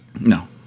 No